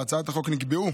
בהצעת החוק נקבעו